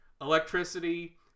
electricity